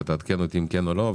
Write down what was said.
ותעדכן אותי אם כן או לא,